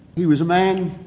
he was a man